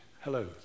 Hello